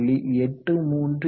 83 என 66